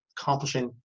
accomplishing